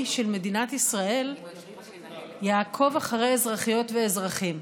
החשאי של מדינת ישראל יעקוב אחרי אזרחיות ואזרחים.